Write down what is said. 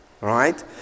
Right